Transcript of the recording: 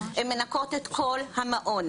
הן מנקות את כל המעון,